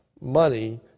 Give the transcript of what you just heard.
money